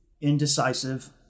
indecisive